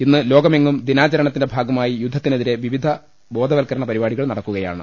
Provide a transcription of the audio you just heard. ഇന്ന് ലോകമെങ്ങും ദിനാചരണത്തിന്റെ ഭാഗമായി യുദ്ധത്തിനെതിരെ വിവിധ ബോധവത്കരണ പരിപാടികൾ നടക്കുകയാണ്